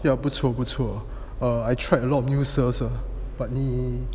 不错不错 err I tried a lot of new serves ah but 你